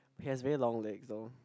he has very long legs though